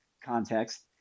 context